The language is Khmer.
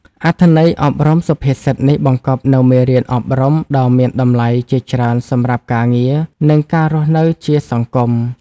អត្ថន័យអប់រំសុភាសិតនេះបង្កប់នូវមេរៀនអប់រំដ៏មានតម្លៃជាច្រើនសម្រាប់ការងារ និងការរស់នៅជាសង្គម។